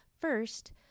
first